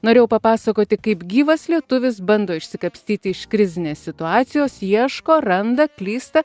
norėjau papasakoti kaip gyvas lietuvis bando išsikapstyti iš krizinės situacijos ieško randa klysta